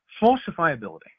falsifiability